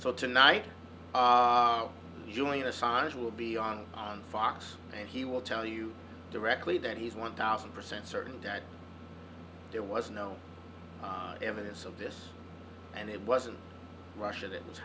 so tonight doing the signs will be on fox and he will tell you directly that he's one thousand percent certain that there was no evidence of this and it wasn't russia that was